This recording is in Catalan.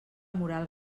moral